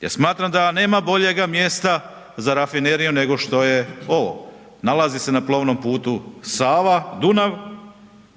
jer smatram da nema boljega mjesta za rafineriju nego što je ovo. Nalazi se na plovnom putu Sava-Dunav